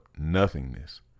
nothingness